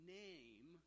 name